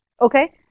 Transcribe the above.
Okay